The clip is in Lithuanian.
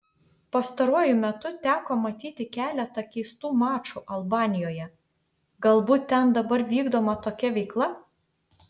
pastaruoju metu teko matyti keletą keistų mačų albanijoje galbūt ten dabar vykdoma tokia veikla